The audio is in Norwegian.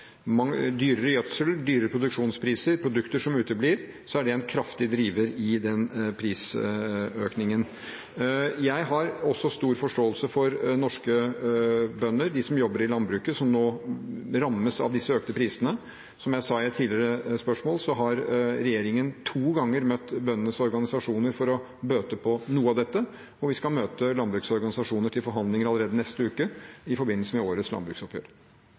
den prisøkningen. Jeg har også stor forståelse for norske bønder og andre som jobber i landbruket, som nå rammes av disse økte prisene. Som jeg sa i forbindelse med et tidligere spørsmål, har regjeringen to ganger møtt bøndenes organisasjoner for å bøte på noe av dette, og vi skal møte landbruksorganisasjonene til forhandlinger allerede neste uke, i forbindelse med årets landbruksoppgjør.